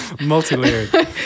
Multi-layered